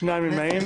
שניים נמנעים.